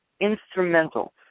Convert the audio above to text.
instrumental